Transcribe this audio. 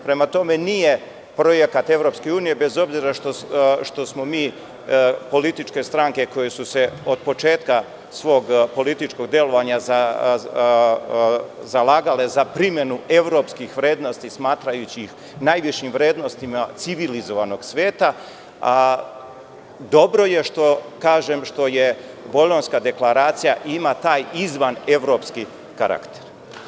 Prema tome, nije projekat EU bez obzira što smo mi političke stranke koje su se otpočetka svog političkog delovanja zalagale za primenu evropskih vrednosti, smatrajući ih najvišim vrednostima civilizovanog sveta, a dobro je što je Bolonjska dekleracija imala taj izvan evropski karakter.